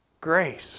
grace